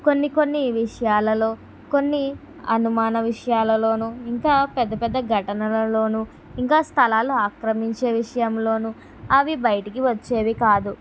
కొన్ని కొన్ని విషయాలలో కొన్ని అనుమాన విషయాలలోను ఇంకా పెద్ద పెద్ద ఘటనలలోను ఇంకా స్థలాలు ఆక్రమించే విషయంలోను అవి బయటకు వచ్చేవి కాదు